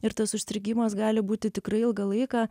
ir tas užstrigimas gali būti tikrai ilgą laiką